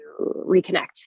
reconnect